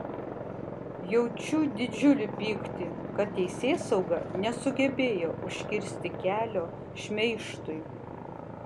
jaučiu didžiulį pyktį kad teisėsauga nesugebėjo užkirsti kelio šmeižtui